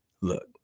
Look